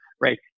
Right